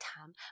time